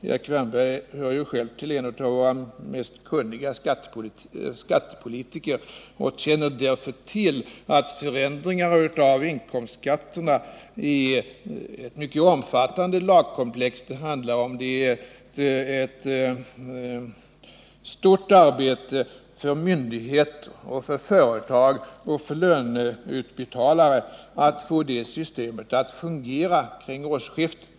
Erik Wärnberg är ju själv en av våra mest kunniga skattepolitiker och känner därför till att förändringar av inkomstskatterna i det mycket omfattande lagkomplex det handlar om innebär ett stort arbete för myndigheter, för företag och för löneutbetalare när det gäller att få systemet att fungera kring årsskiftet.